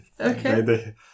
Okay